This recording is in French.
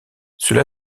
cela